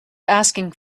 asking